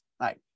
right